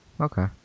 Okay